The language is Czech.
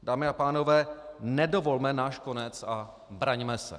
Dámy a pánové, nedovolme náš konec a braňme se.